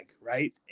right